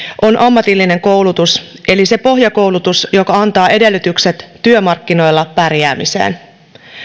on ammatillinen koulutus eli se pohjakoulutus joka antaa edellytykset työmarkkinoilla pärjäämiseen